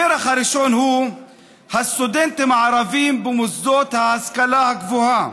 הפרח הראשון הוא הסטודנטים הערבים במוסדות ההשכלה הגבוהה,